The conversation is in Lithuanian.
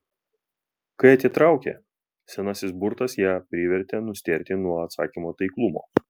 kai atitraukė senasis burtas ją privertė nustėrti nuo atsakymo taiklumo